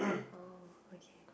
oh okay